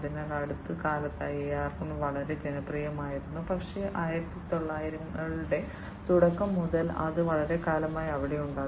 അതിനാൽ അടുത്ത കാലത്തായി AR വളരെ ജനപ്രിയമായിത്തീർന്നു പക്ഷേ 1900 കളുടെ തുടക്കം മുതൽ അത് വളരെക്കാലമായി അവിടെയുണ്ട്